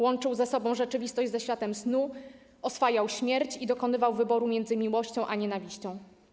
Łączył ze sobą rzeczywistość ze światem snu, oswajał śmierć i dokonywał wyboru między miłością a nienawiścią.